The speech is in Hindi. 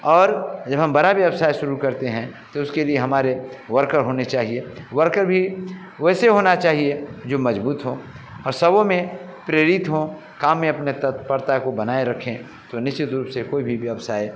और जब हम बड़ा व्यवसाय शुरू करते हैं तो उसके लिए हमारे वर्कर होने चाहिए वर्कर भी वैसे होना चाहिए जो मज़बूत हों और सभों में प्रेरित हों काम में अपने तत्परता को बनाएं रखें तो निश्चित रूप से कोई भी व्यवसाय